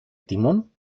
timón